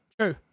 true